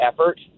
effort